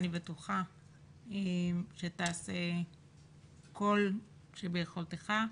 אני בטוחה שתעשה כל שביכולתך.